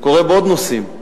זה קורה בעוד נושאים.